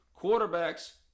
Quarterbacks